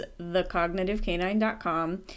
TheCognitiveCanine.com